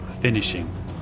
finishing